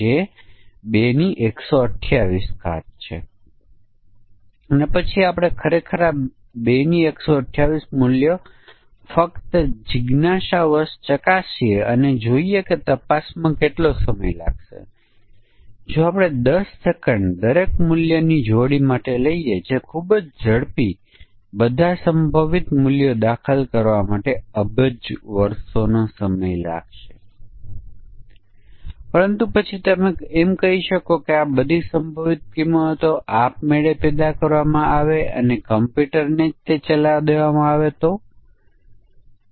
તેથી શિક્ષણનાં વર્ષો ચાલો આપણે કહીએ કે આપણે આ પરિમાણ માટે ત્રણ સમકક્ષ વર્ગ ઓળખીએ છીએ શિક્ષણનાં વર્ષો કાં તો શાળા UG PG અથવા એવું કંઈક છે જે શાળા UG કે PG નથી